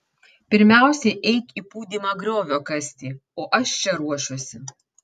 pirmiausia eik į pūdymą griovio kasti o aš čia ruošiuosi